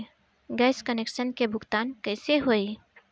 Gas connection के भुगतान कैसे होइ?